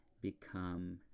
become